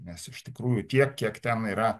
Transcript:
nes iš tikrųjų tiek kiek ten yra